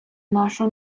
нашу